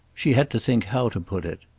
she had to think how to put it.